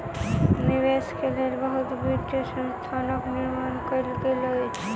निवेश के लेल बहुत वित्तीय संस्थानक निर्माण कयल गेल अछि